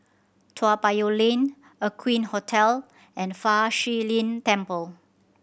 Toa Payoh Lane Aqueen Hotel and Fa Shi Lin Temple